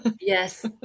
Yes